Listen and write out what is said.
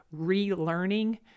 relearning